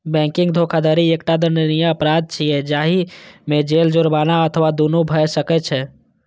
banking धोखाधड़ी एकटा दंडनीय अपराध छियै, जाहि मे जेल, जुर्माना अथवा दुनू भए सकै छै